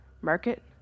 Market